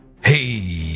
Hey